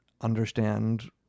understand